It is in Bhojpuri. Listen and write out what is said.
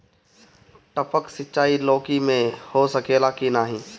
टपक सिंचाई लौकी में हो सकेला की नाही?